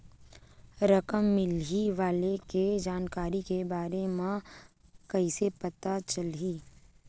रकम मिलही वाले के जानकारी के बारे मा कइसे पता चलही?